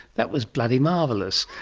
that was bloody marvellous.